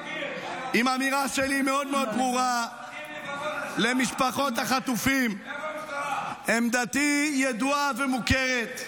עם אמירה ברורה שלי למשפחות החטופים: עמדתי ידועה ומוכרת.